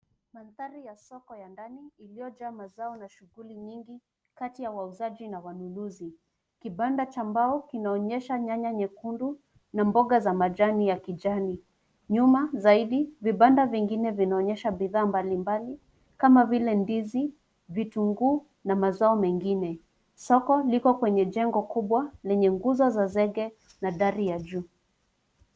Mandhari ya soko ya ndani iliyojaa mazao na shuguli nyingi kati ya wauzaji na wanunuzi. Kibanda cha mbao kinaonyesha nyanya nyekundu na mboga za majani ya kijani. Nyuma zaidi vibanda vingine vinaonyesha bidhaa mbalimbali kama vile ndizi, vitunguu, na mazao mengine. Soko liko kwenye jengo kubwa lenye nguzo za zege na dari ya juu.